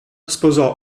sposò